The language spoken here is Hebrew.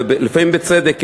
לפעמים בצדק,